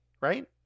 right